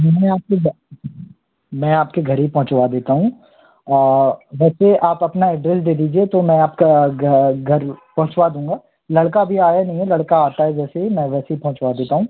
मैंने आपके मैं आपके घर ही पहोंचवा देता हूँ घर पे आप अपना एड्रेस दे दीजिए तो मैं आपका घर पहुँचवा दूँगा लड़का अभी आया नई है लड़का आता है जैसे ही मैं वैसे ही पहुँचवा देता हूँ